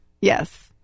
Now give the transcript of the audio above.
Yes